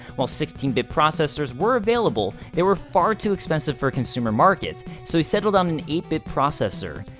while sixteen bit processors were available, they were far too expensive for a consumer market, so he settled on an eight bit processor.